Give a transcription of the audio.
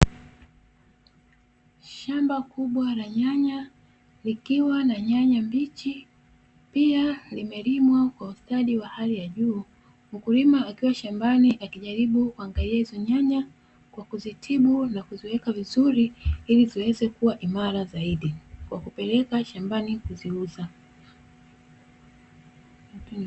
Shamba kubwa la nyanya likiwa na nyanya mbichi, pia limelimwa kwa ustadi wa hali ya juu. Mkulima akiwa shambani akijaribu kuangalia hizo nyanya kwa kuzitibu na kuziweka vizuri, ili ziweze kuwa imara zaidi kwa kupeleka shambani kuziuza.